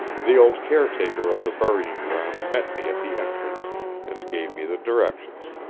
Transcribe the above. the old caretaker of the burying-ground met me at the entrance and gave me the directions